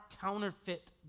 counterfeit